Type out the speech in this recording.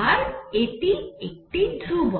আর এটি একটি ধ্রুবক